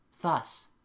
Thus